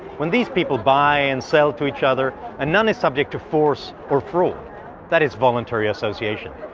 when these people buy and sell to each other and none is subject to force or fraud that is voluntary association.